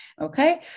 okay